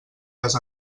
les